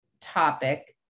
topic